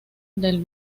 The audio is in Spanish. del